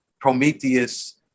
Prometheus